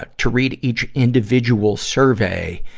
but to read each individual survey,